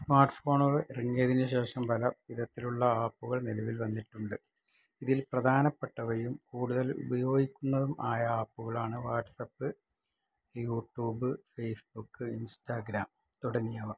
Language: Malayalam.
സ്മാര്ട്ട് ഫോണുകൾ ഇറങ്ങിയതിന് ശേഷം പല വിധത്തിലുള്ള ആപ്പുകള് നിലവില് വന്നിട്ടുണ്ട് ഇതില് പ്രധാനപ്പെട്ടവയും കൂടുതൽ ഉപയോഗിക്കുന്നതുമായ ആപ്പുകളാണ് WhatsApp YouTube Facebook Instagram തുടങ്ങിയവ